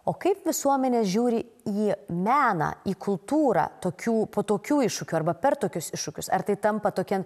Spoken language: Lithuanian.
o kaip visuomenė žiūri į meną į kultūrą tokių po tokių iššūkių arba per tokius iššūkius ar tai tampa tokia